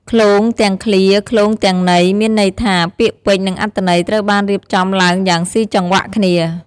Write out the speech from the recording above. ឃ្លោងទាំងឃ្លា ឃ្លោងទាំងន័យ មានន័យថា ពាក្យពេចន៍ និងអត្ថន័យត្រូវបានរៀបចំឡើងយ៉ាងស៊ីចង្វាក់គ្នា។